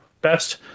best